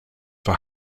for